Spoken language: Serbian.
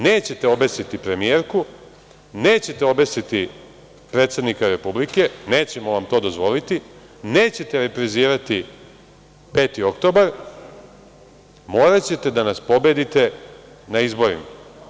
Nećete obesiti premijerku, nećete obesiti predsednika Republike, nećemo vam to dozvoliti, nećete reprizirati 5. oktobar, moraćete da nas pobedite na izborima.